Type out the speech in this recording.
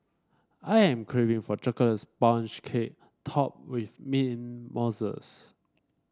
I am craving for chocolate sponge cake topped with mint mousses